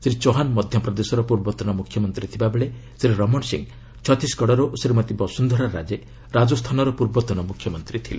ଶ୍ରୀ ଚୌହ୍ପାନ ମଧ୍ୟପ୍ରଦେଶର ପୂର୍ବତନ ମୁଖ୍ୟମନ୍ତ୍ରୀ ଥିବାବେଳେ ଶ୍ରୀ ରମଣ ସିଂ ଛତିଶଗଡର ଓ ଶ୍ରୀମତୀ ବସୁନ୍ଧରା ରାଜେ ରାଜସ୍ଥାନର ପୂର୍ବତନ ମୁଖ୍ୟମନ୍ତ୍ରୀ ଥିଲେ